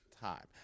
time